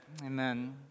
Amen